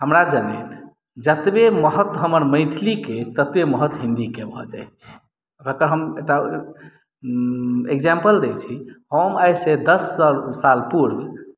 हमरा जनैत जतबे महत्व हमर मैथिली के अछि ततबे महत्व हिन्दी के भऽ जाइ छै अहाँके एकटा हम इग्ज़ैम्पल दै छी हम आइ सऽ दस साल पूर्व